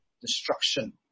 destruction